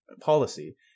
policy